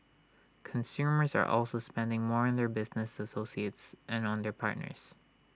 consumers are also spending more on their business associates and on their partners